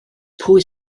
pwy